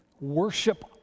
worship